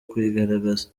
kwigaragaza